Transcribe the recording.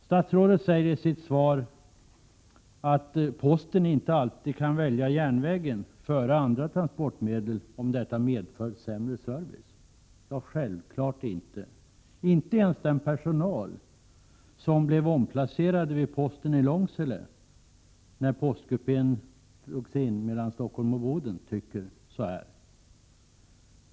Statsrådet säger i sitt svar att posten inte alltid kan välja järnvägen före andra transportmedel, om detta medför sämre service. Självfallet inte. Inte ens den personal som blev omplacerad vid posten i Långsele när postkupén mellan Stockholm och Boden drogs in tycker så.